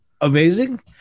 amazing